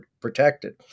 protected